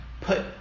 put